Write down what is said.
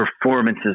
performances